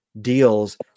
deals